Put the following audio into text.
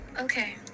okay